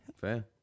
fair